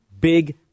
big